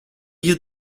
you